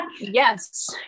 yes